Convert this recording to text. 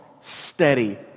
steady